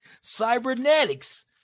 Cybernetics